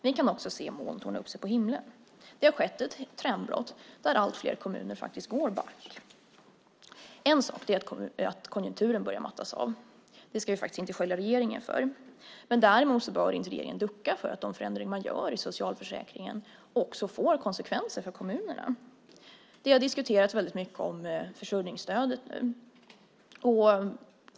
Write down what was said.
Vi kan också se moln torna upp sig på himlen. Det har skett ett trendbrott där allt fler kommuner faktiskt går back. En sak är att konjunkturen börjar mattas av. Det ska vi faktiskt inte skylla regeringen för. Däremot bör regeringen inte ducka för att de förändringar den gör i socialförsäkringen får konsekvenser för kommunerna. Det har diskuterats väldigt mycket om försörjningsstödet nu.